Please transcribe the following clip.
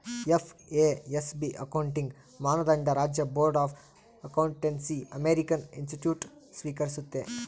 FASB accounting ಮಾನದಂಡ ರಾಜ್ಯ board of accountancy American institutes ಸ್ವೀಕರಿಸ್ತತೆ